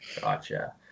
Gotcha